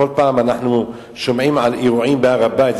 כל פעם אנחנו שומעים על אירועים בהר-הבית,